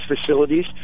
facilities